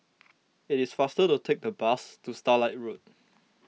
it is faster to take the bus to Starlight Road